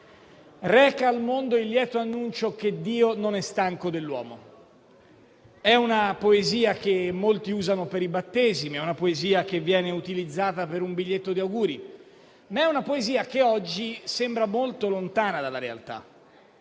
reca al mondo il lieto annuncio che Dio non è stanco dell'uomo. È un verso tratto da una poesia che molti usano per i battesimi e che viene spesso utilizzata per i biglietti di auguri, ma è una poesia che oggi sembra molto lontana dalla realtà.